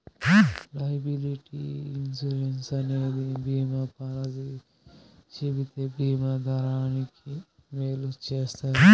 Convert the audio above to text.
liability insurance అనేది బీమా policy చెబితే బీమా దారానికి మేలు చేస్తది